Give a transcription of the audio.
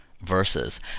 verses